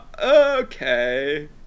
okay